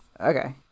Okay